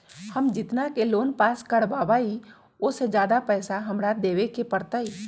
हम जितना के लोन पास कर बाबई ओ से ज्यादा पैसा हमरा देवे के पड़तई?